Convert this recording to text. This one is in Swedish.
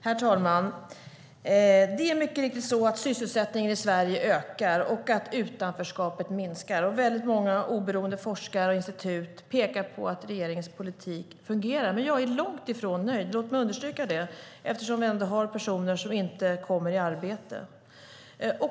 Herr talman! Det är mycket riktigt så att sysselsättningen i Sverige ökar och att utanförskapet minskar. Väldigt många oberoende forskare och institut pekar på att regeringens politik fungerar. Jag är dock långt ifrån nöjd - låt mig understryka det - eftersom vi ändå har personer som inte kommer i arbete.